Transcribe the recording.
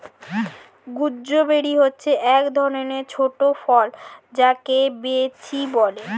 gooseberry হচ্ছে এক ধরণের ছোট ফল যাকে বৈঁচি বলে